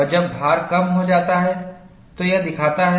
और जब भार कम हो जाता है तो यह दिखाता है